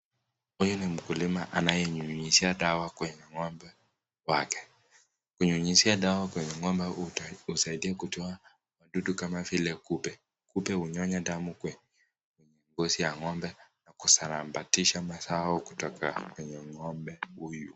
Huyu ni mkulima anaye nyunyuzia dawa kwenye ngombe wake. Kunyunyuzia dawa kwenye ng'ombe husaidia kutoa wadudu kama vile kupe. Kupe hunyonya damu kwenye ngozi ya ng'ombe na kusambaratisha mazao kutoka kwenye ng'ombe huyu.